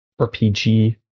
RPG